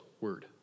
word